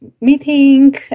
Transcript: meeting